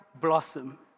blossom